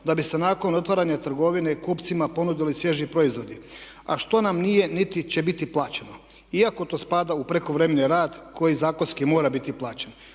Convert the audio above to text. da bi se nakon otvaranja trgovine kupcima ponudili svježi proizvodi a što nam nije niti će biti plaćeno. Iako to spada u prekovremeni rad koji zakonski mora biti plaćen.